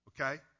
Okay